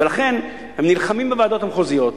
ולכן הם נלחמים בוועדות המחוזיות.